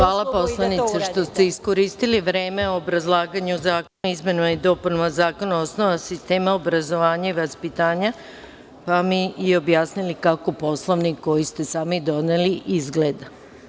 Hvala što ste iskoristili vreme u obrazlaganju Zakona o izmenama i dopunama Zakona o osnovama sistema obrazovanja i vaspitanja, pa mi i objasnili kako Poslovnik, koji ste sami doneli, izgleda.